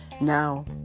Now